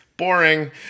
boring